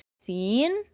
seen